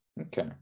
Okay